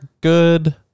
good